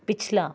ਪਿਛਲਾ